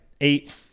eight